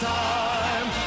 time